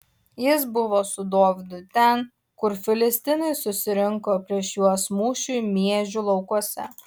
jis buvo su dovydu ten kur filistinai susirinko prieš juos mūšiui miežių laukuose